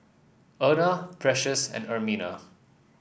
Erna Precious and Ermina